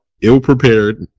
ill-prepared